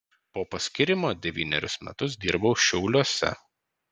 po paskyrimo devynerius metus dirbau šiauliuose